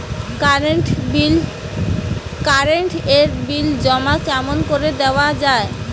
Current এর bill জমা কেমন করি দেওয়া যায়?